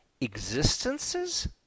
existences